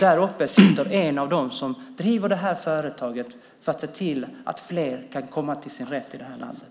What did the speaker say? Där uppe sitter en av dem som driver det här företaget för att se till att fler kan komma till sin rätt här i landet.